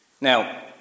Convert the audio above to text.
Now